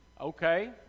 Okay